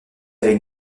avec